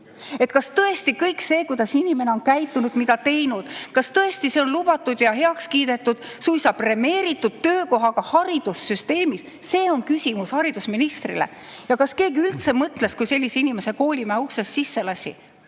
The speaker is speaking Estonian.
Kas tõesti see, kuidas see inimene on käitunud, mida teinud, kas tõesti kõik see on lubatud ja heaks kiidetud, suisa premeeritud töökohaga haridussüsteemis? See on küsimus haridusministrile. Kas keegi üldse mõtles, kui sellise inimese koolimaja uksest sisse lasi?